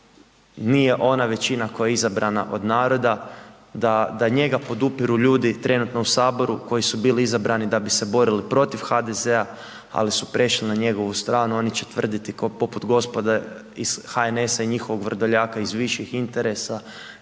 nije ona većina koje je izabrana od naroda, da njega podupiru ljudi trenutno u Saboru koji su bili izabrani da bi se borili protiv HDZ-a ali su prešli na njegovu stranu, oni će tvrditi poput gospode iz HNS-a i njihovog Vrdoljaka iz viših interesa